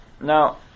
Now